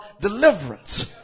deliverance